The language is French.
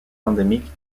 endémique